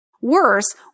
Worse